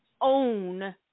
own